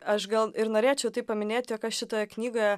aš gal ir norėčiau tai paminėti jog kad šitoje knygoje